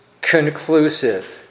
conclusive